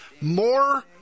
more